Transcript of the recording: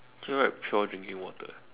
here write pure drinking water eh